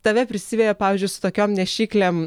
tave prisiveja pavyzdžiui su tokiom nešyklėm